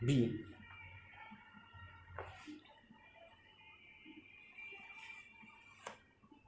be